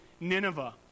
Nineveh